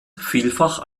vielfach